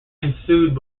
ensued